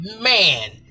man